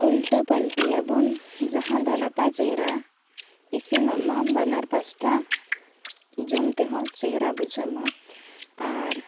ᱩᱞᱴᱟᱹ ᱯᱟᱹᱞᱴᱤᱭᱟᱵᱚᱱ ᱡᱟᱦᱟᱸ ᱫᱚ ᱱᱟᱯᱟᱭ ᱪᱮᱦᱨᱟ ᱤᱥᱤᱱᱚᱜ ᱢᱟ ᱵᱟᱱᱟᱨ ᱯᱟᱥᱴᱟ ᱡᱚᱢᱛᱮᱦᱚᱸ ᱪᱮᱦᱨᱟ ᱵᱩᱡᱷᱟᱹᱜ ᱢᱟ ᱟᱨ